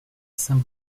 saint